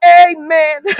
amen